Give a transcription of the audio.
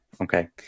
Okay